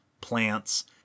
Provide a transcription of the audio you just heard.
plants